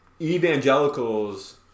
evangelicals